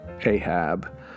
Ahab